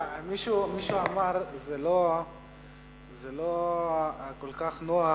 מישהו אמר: זה לא כל כך נוח